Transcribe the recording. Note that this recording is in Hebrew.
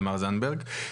תמר זנדברג,